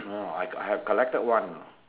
no I have I have collected one